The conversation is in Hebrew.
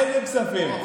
איזה כספים?